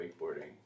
wakeboarding